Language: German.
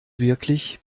wirklich